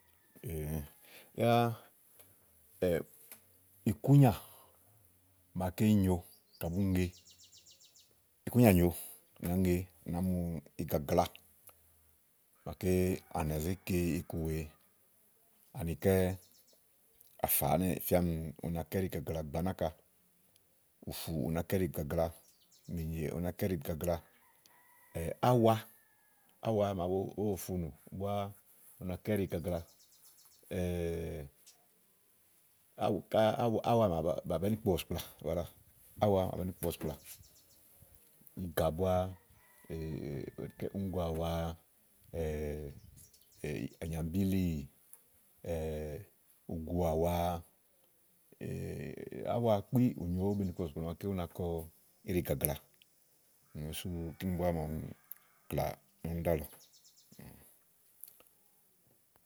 yáá ikúnyà màaké nyo ka bùú ŋe ikúnyà nyòo ka bùú ŋe bàá mu igagla màaké à nà zé ke iku wèe anikɛ́ àfà ɛnɛ́ɛ̀, ì fía ɔmi u na kɔ íɖìgagla gbàa náka ùfù u na kɔ íɖì gagla, mìnyè u na kɔ íɖìgagla áwa, áwa màa ówó bo funù búáá, u nakɔ íɖìgagla nááwù ká, áwa màa bèé ni kpo bɔ̀sìkplà áwa màa bèé ni kpo bɔ̀sìkplà, ìká bua uŋúgoàwa ànyàbílì uguàwa áwa kpi u nyo màaké ówó be ni kpo bɔ̀sìkplà ú na kɔ íɖìgagla úni sú máa ɔmi klà úni búá ɖálɔ̀ɔ.